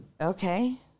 okay